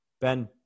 Ben –